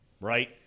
right